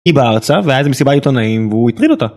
היא באה ארצה והיה איזה מסיבה עיתונאים והוא הטריד אותה.